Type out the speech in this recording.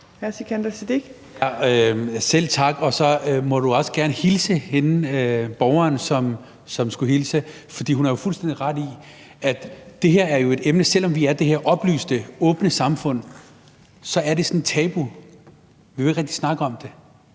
Selv tak. Så må du også gerne hilse hende borgeren, for hun har jo fuldstændig ret i, at selv om vi er det her oplyste, åbne samfund, er det et tabu, for vi vil jo ikke rigtig snakke om det.